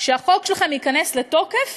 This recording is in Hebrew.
שהחוק שלכם ייכנס לתוקף